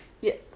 Yes